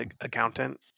accountant